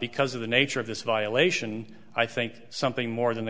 because of the nature of this violation i think something more than the